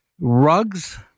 rugs